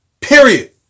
Period